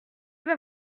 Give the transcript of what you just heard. vas